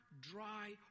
dry